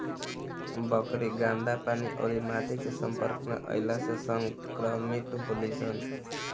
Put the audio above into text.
बकरी गन्दा पानी अउरी माटी के सम्पर्क में अईला से संक्रमित होली सन